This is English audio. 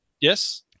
yes